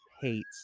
hates